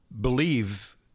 believe